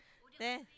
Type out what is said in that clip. then